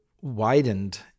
widened